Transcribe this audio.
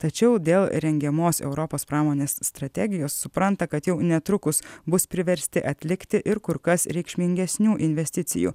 tačiau dėl rengiamos europos pramonės strategijos supranta kad jau netrukus bus priversti atlikti ir kur kas reikšmingesnių investicijų